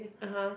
(uh huh)